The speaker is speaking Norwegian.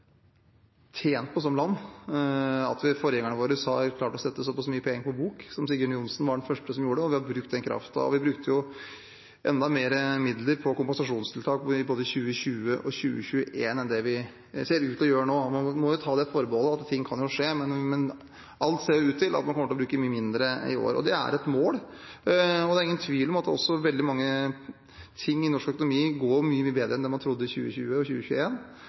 klart å sette såpass mye penger på bok, som Sigbjørn Johnsen var den første som gjorde. Og vi har brukt den kraften. Vi brukte enda mer midler på kompensasjonstiltak i både 2020 og 2021 enn det vi ser ut til å gjøre nå. Vi må ta forbehold om at ting kan skje, men alt ser ut til at man kommer til å bruke mye mindre i år, og det er et mål. Det er ingen tvil om at også veldig mye i norsk økonomi går mye, mye bedre enn det man trodde i 2020 og